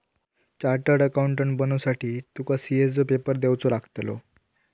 chartered accountant बनुसाठी तुका CA चो पेपर देवचो लागतलो